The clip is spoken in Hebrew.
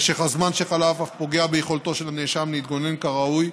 משך הזמן שחלף אף פוגע ביכולתו של נאשם להתגונן כראוי,